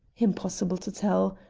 impossible to tell.